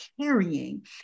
carrying